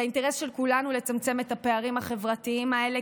זה האינטרס של כולנו לצמצם את הפערים החברתיים האלה,